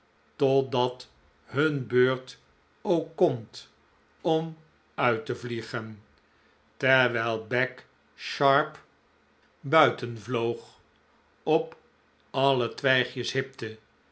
totdat hun beurt ook komt om uit te vliegen terwijl beck sharp buiten vloog op alle twijgjes hipte